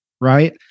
right